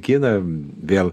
kiną vėl